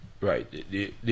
Right